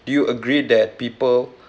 do you agree that people